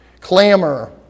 Clamor